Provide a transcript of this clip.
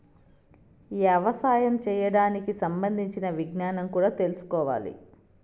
యవసాయం చేయడానికి సంబంధించిన విజ్ఞానం కూడా తెల్సుకోవాలి